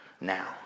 now